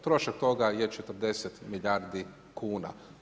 Trošak toga je 40 milijardi kuna.